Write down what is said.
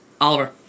Oliver